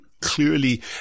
clearly